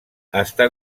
està